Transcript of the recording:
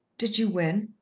did you win?